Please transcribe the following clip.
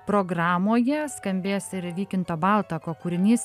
programoje skambės ir vykinto baltako kūrinys